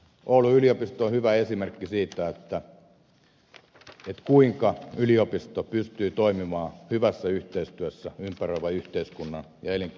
oulun yliopisto on hyvä esimerkki siitä kuinka yliopisto pystyy toimimaan hyvässä yhteistyössä ympäröivän yhteiskunnan ja elinkeinoelämän kanssa